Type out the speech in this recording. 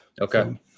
okay